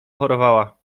chorowała